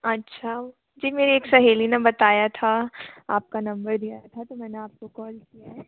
अच्छा जी मेरी एक सहेली ने बताया था आपका नंबर दिया था तो मैंने आपको कॉल किया है